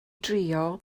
drio